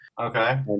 okay